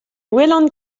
welan